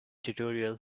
tutorial